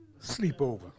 Sleepover